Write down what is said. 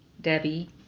Debbie